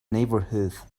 neighbourhood